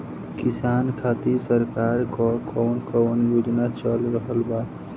किसान खातिर सरकार क कवन कवन योजना चल रहल बा?